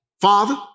father